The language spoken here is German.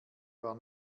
war